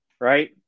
right